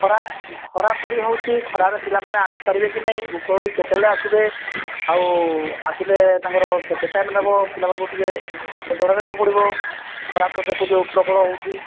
ଖରା ଖରା ପୋଡି ହେଉଛି ଖରାରେ ପିଲାମାନେ ଆସିପାରିବେ କି ନାହିଁ ଉପର ଓଳି କେତେବେଳେ ଆସିବେ ଆଉ ଆସିଲେ ତାଙ୍କର କେତେ ଟାଇମ୍ ଦେବ ପିଲାମାନଙ୍କୁ ଟିକେ ଜଣାଇବାକୁ ପଡ଼ିବ ଖରା ତ ଯେଉଁ ପ୍ରବଳ ହେଉଛି